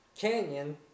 Canyon